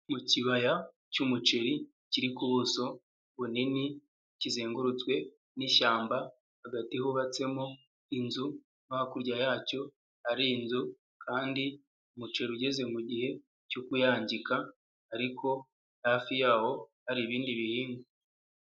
Mu kibaya cy'umuceri, kiri ku ubuso bunini, kizengurutswe n'ishyamba, hagati hubatsemo inzu, no hakurya yacyo hari inzu, kandi umuceri ugeze mu gihe cyo kuyagika, ariko hafi yaho hari ibindi bihingwa.